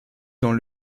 dans